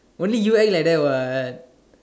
only you act like that what